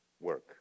work